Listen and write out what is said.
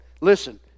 Listen